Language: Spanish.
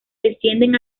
descienden